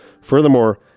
Furthermore